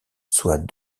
soit